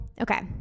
okay